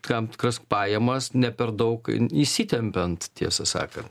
tam tikras pajamas ne per daug įsitempiant tiesą sakant